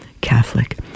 Catholic